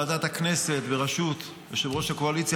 היום השלימה ועדת הכנסת בראשות יושב-ראש הקואליציה,